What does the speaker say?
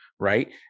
right